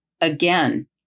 Again